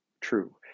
true